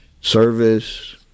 service